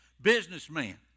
businessman